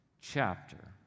chapter